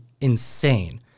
insane